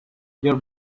your